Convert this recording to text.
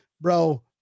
Bro